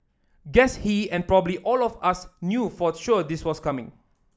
guess he and probably all of us knew for sure this was coming